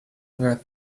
were